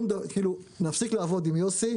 נפסיק לעבוד עם יוסי.